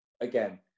again